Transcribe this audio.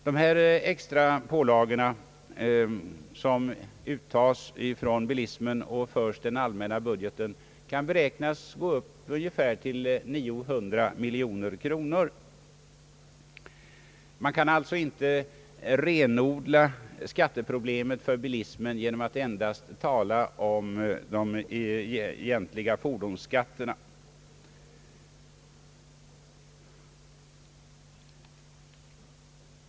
Dessa extra pålagor, som uttas från bilismen och förs på den allmänna budgeten, kan beräknas uppgå till ungefär 900 miljoner kronor. Man kan alltså inte renodla skatteproblemet för bilismen genom att endast tala om de egentliga fordonsskatterna.